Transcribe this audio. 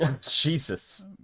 Jesus